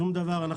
שום דבר.